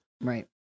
right